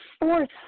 fourth